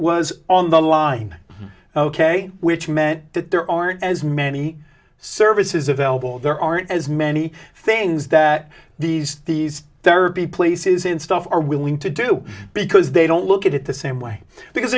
was on the line ok which meant that there aren't as many services available there aren't as many things that these these therapy places in stuff are willing to do because they don't look at it the same way because